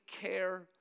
care